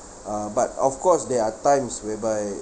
uh but of course there are times whereby